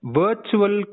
virtual